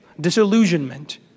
disillusionment